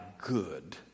good